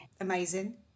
Amazing